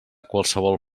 qualsevol